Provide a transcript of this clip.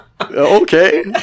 Okay